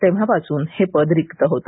तेव्हापासून हे पद रिक्त होतं